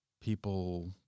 people